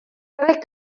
byddai